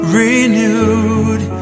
renewed